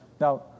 Now